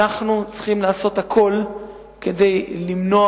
משפט אחרון: אנחנו צריכים לעשות הכול כדי למנוע